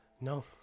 No